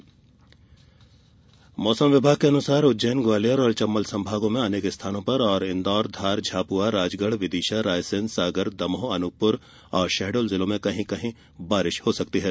मौसम मौसम विभाग के अनुसार उज्जैन ग्वालियर चंबल संभागों में अनेक स्थानों पर और इंदौर धार झाबुआ राजगढ विदिशा रायसेन सागर दमोह अनूपपुर और शहडोल जिलों में कही कही बारिश हो सकती है